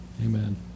Amen